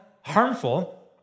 harmful